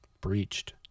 breached